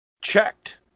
checked